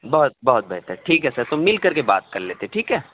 بہت بہت بہتر ٹھیک ہے سر تو مِل کر کے بات کر لیتے ہیں ٹھیک ہے